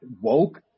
woke